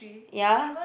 ya